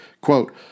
quote